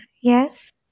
yes